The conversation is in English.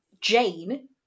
Jane